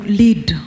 lead